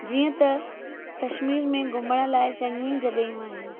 जीअं त कश्मीर में घुमण लाइ चङियूं ई जॻहियूं आहिनि